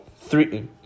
Three